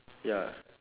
ya